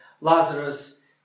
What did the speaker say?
Lazarus